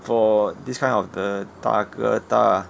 for this kind of the 大哥大